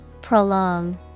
prolong